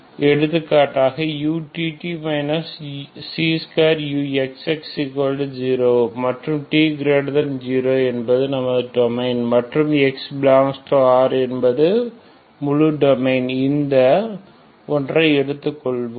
எடுத்துக்காட்டாக utt c2uxx0 மற்றும் t0 என்பது டொமைன் மற்றும் xϵR என்பது முழு டொமைன் இந்த ஒன்றை எடுத்துக்கொள்வோம்